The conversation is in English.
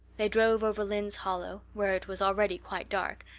they drove over lynde's hollow, where it was already quite dark,